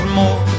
more